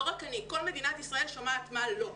לא רק אני, כל מדינת ישראל שומעת מה לא.